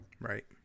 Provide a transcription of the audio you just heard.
Right